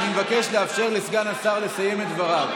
אני מבקש לאפשר לסגן השר לסיים את דבריו.